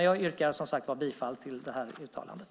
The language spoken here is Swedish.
Jag yrkar bifall till förslaget.